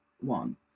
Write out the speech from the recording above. one